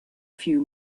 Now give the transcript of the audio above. few